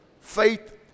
Faith